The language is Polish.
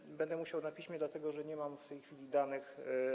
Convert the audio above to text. To też będę musiał na piśmie, dlatego że nie mam w tej chwili danych.